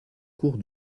cours